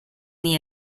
the